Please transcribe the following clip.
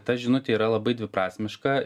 ta žinutė yra labai dviprasmiška